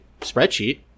spreadsheet